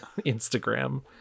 instagram